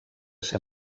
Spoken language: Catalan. ser